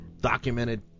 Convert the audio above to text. documented